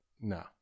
No